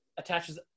attaches